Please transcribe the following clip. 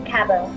Cabo